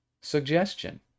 suggestion